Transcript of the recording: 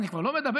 אני כבר לא מדבר,